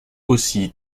aussi